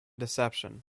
deception